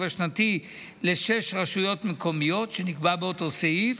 השנתי לשש רשויות מקומיות שנקבעו באותו סעיף,